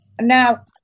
now